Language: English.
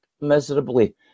miserably